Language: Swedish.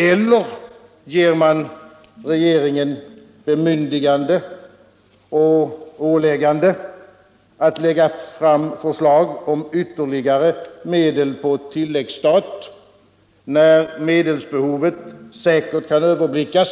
Eller också ger man regeringen bemyndigande och åläggande att lägga fram förslag om ytterligare medel på tilläggsstat när medelsbehovet säkert kan överblickas